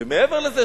ומעבר לזה,